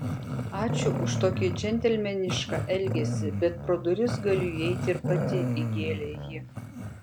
ačiū už tokį džentelmenišką elgesį bet pro duris galiu įeiti ir pati įgėlė ji